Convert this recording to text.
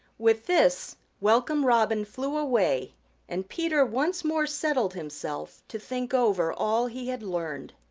with this welcome robin flew away and peter once more settled himself to think over all he had learned.